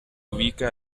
ubica